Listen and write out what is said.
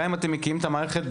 גם אם אתם מקימים את המערכת,